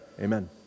amen